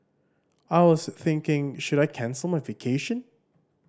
I was thinking should I cancel my vacation